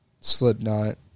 Slipknot